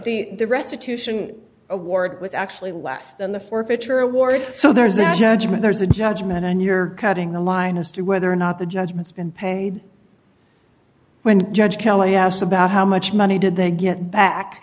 no the restitution award was actually less than the forfeiture award so there's a judgment there's a judgment and you're cutting the line as to whether or not the judgments been paid when judge kelly asked about how much money did they get back